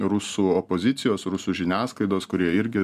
rusų opozicijos rusų žiniasklaidos kurie irgi